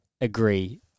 agree